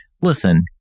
listen